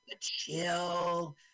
chill